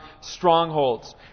strongholds